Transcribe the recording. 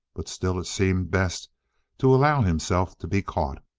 but still it seemed best to allow himself to be caught.